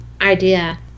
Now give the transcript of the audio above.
idea